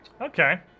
Okay